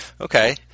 Okay